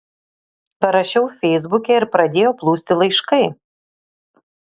parašiau feisbuke ir pradėjo plūsti laiškai